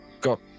got